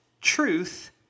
truth